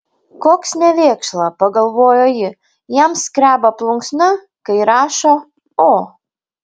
koks nevėkšla pagalvojo ji jam skreba plunksna kai rašo o